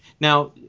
Now